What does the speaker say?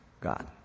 God